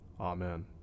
Amen